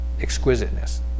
exquisiteness